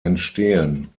entstehen